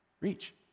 reach